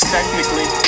Technically